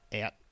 out